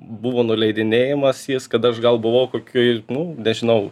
buvo nuleidinėjamas jis kada aš gal buvau kokioj nu nežinau